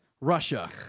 Russia